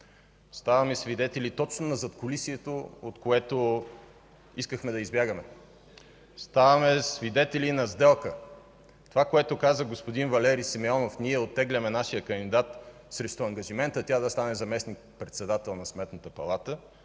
Ставаме свидетели точно на задкулисието, от което искахме да избягаме. Ставаме свидетели на сделка. Това, което каза господин Валери Симеонов: „Ние оттегляме нашия кандидат срещу ангажимента тя да стане заместник-председател на Сметната палата”,